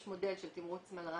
יש מודל של תמרוץ מלר"דים,